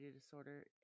disorder